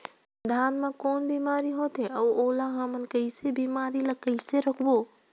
धान मा कौन बीमारी होथे अउ ओला हमन कइसे बीमारी ला कइसे रोकबो?